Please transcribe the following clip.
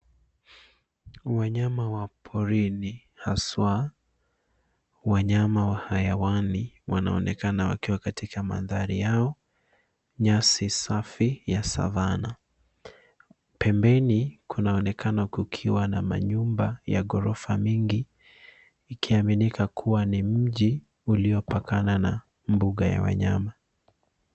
Wanyama wa porini haswa wanyama wa hayawani wanaonekana wakiwa katika mandhari yao nyasi safi ya savana pembeni kunaonekana kukiwa na manyumba ya ghorofa mingi ikiaminika kuwa ni mji uliopakana na mbuga ya wanyama.